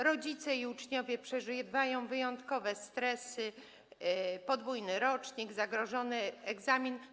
Rodzice i uczniowie przeżywają wyjątkowe stresy - podwójny rocznik, zagrożony egzamin.